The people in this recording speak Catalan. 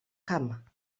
camp